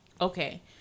Okay